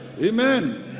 Amen